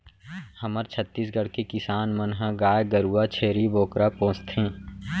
हमर छत्तीसगढ़ के किसान मन ह गाय गरूवा, छेरी बोकरा पोसथें